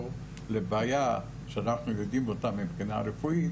לבעיה שאנחנו מכירים מבחינה רפואית